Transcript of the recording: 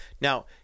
Now